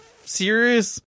serious